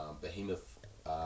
behemoth